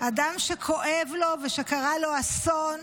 אדם שכואב לו ושקרה לו אסון,